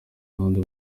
abahanzi